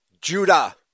Judah